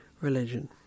religion